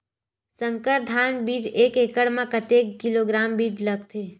संकर धान बीज एक एकड़ म कतेक किलोग्राम बीज लगथे?